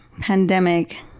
pandemic